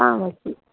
on okay